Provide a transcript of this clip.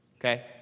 okay